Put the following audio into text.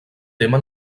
tema